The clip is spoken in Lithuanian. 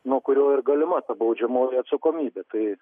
nuo kurio ir galima baudžiamoji atsakomybė tai